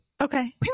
Okay